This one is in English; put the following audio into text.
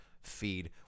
feed